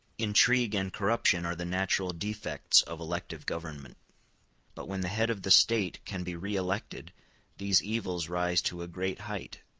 intrigue and corruption are the natural defects of elective government but when the head of the state can be re-elected these evils rise to a great height,